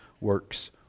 works